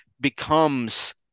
becomes